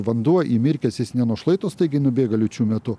vanduo įmirkęs jis ne nuo šlaito staigiai nubėga liūčių metu